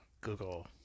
Google